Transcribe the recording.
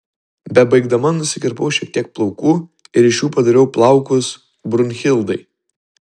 bebaigdama nusikirpau šiek tiek plaukų ir iš jų padariau plaukus brunhildai